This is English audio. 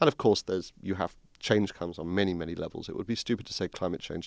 and of course there is you have change comes on many many levels it would be stupid to say climate change